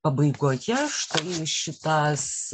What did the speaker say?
pabaigoje štai šitas